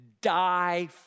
die